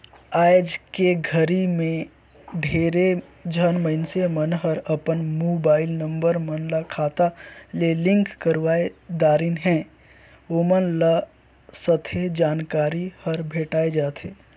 आइज के घरी मे ढेरे झन मइनसे मन हर अपन मुबाईल नंबर मन ल खाता ले लिंक करवाये दारेन है, ओमन ल सथे जानकारी हर भेंटाये जाथें